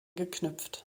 geknüpft